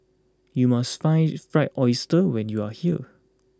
you must try Fried Oyster when you are here